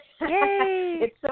Yay